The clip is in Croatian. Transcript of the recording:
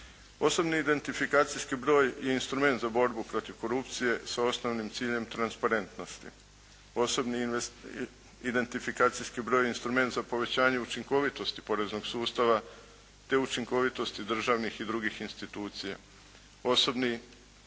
Osobni identifikacijski instrument je borbu protiv korupcije s osnovnim ciljem transparentnosti. Osobni identifikacijski broj je instrument za povećanje učinkovitosti poreznog sustava te učinkovitosti državnih i drugih institucija. Osobni identifikacijski broj je instrument za djelotvorniji sustav socijalnih davanja sa ciljem